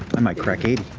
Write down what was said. i might crack eighty.